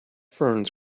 ferns